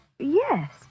Yes